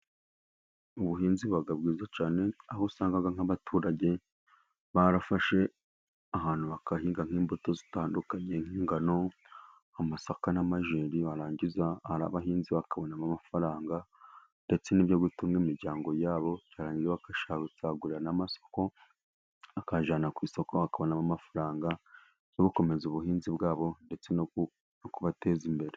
Ubuhinzi buba bwiza cyane, aho usanga nk'abaturage barafashe ahantu bagahinga nk'imbuto zitandukanye nk'ingano, amasaka n'amajeri, barangiza ahari abahinzi bakabonamo amafaranga ndetse n'ibyo gutunga imiryango yabo, bagasagurira n'amasoko bakajyana ku isoko bakabonamo amafaranga yo gukomeza ubuhinzi bwabo, ndetse no kubateza imbere.